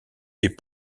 est